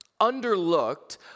underlooked